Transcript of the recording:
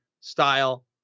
style